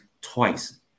twice